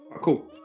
Cool